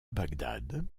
bagdad